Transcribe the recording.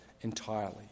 entirely